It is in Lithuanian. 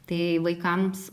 tai vaikams